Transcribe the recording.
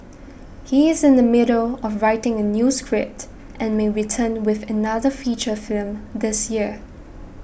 he is in the middle of writing a new script and may return with another feature film this year